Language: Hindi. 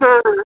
हाँ